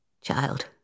Child